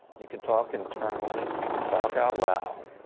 you can talk internally, you can talk out loud,